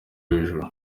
hejuru